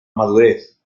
madurez